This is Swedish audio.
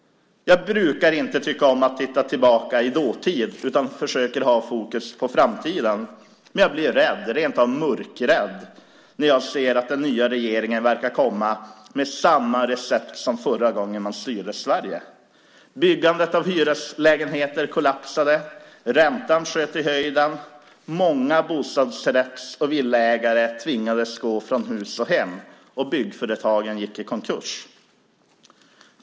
Jag brukar inte tycka om att titta tillbaka i dåtid utan försöker ha fokus på framtiden. Men jag blir rädd, rentav mörkrädd, när jag ser att den nya regeringen verkar komma med samma recept som man hade förra gången man styrde Sverige. Byggandet av hyreslägenheter kollapsade. Räntan sköt i höjden. Många bostadsrätts och villaägare tvingades gå från hus och hem, och byggföretagen gick i konkurs.